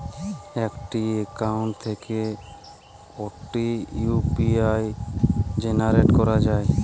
একটি অ্যাকাউন্ট থেকে কটি ইউ.পি.আই জেনারেট করা যায়?